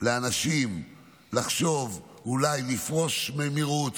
לאנשים לחשוב אולי לפרוש מהמרוץ.